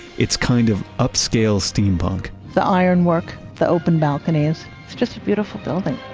it's kind of upscale steampunk the ironwork, the open balconies. it's just a beautiful building